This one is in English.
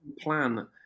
plan